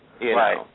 Right